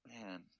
Man